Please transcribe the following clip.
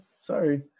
Sorry